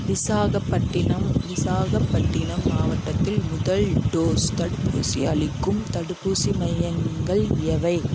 விசாகப்பட்டினம் விசாகப்பட்டினம் மாவட்டத்தில் முதல் டோஸ் தடுப்பூசி அளிக்கும் தடுப்பூசி மையங்கள் எவை